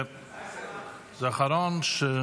כן, זה אחרון.